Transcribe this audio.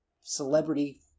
celebrity